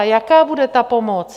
Jaká bude ta pomoc?